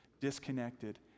disconnected